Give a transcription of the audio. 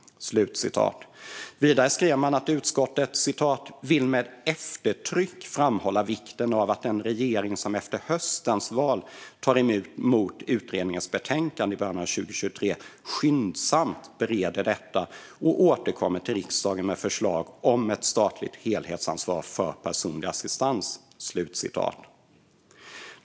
Vidare skrev man att utskottet "vill med eftertryck framhålla vikten av att den regering som efter höstens val tar emot utredningens betänkande i början av 2023 skyndsamt bereder detta och återkommer till riksdagen med förslag om ett statligt helhetsansvar för personlig assistans".